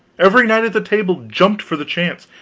every knight of the table jumped for the chance,